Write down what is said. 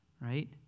right